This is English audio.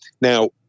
Now